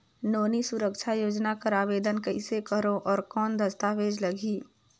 नोनी सुरक्षा योजना कर आवेदन कइसे करो? और कौन दस्तावेज लगही?